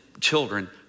children